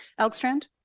Elkstrand